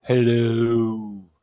hello